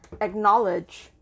acknowledge